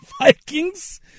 Vikings